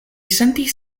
sentis